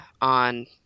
on